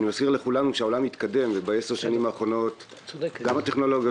אני מזכיר לכולנו שהעולם התקדם ובעשר השנים האחרונות גם הטכנולוגיות